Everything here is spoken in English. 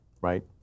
right